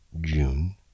June